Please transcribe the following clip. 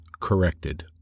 corrected